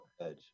Edge